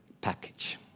package